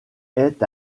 est